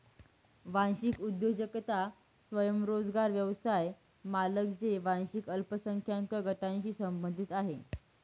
वांशिक उद्योजकता स्वयंरोजगार व्यवसाय मालक जे वांशिक अल्पसंख्याक गटांशी संबंधित आहेत